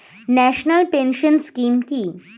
National pension scheme কি?